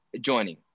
joining